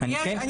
כן.